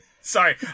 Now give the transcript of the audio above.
Sorry